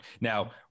Now